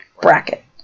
bracket